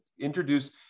introduce